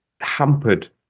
hampered